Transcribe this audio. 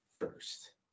first